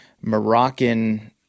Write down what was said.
moroccan